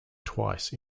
twice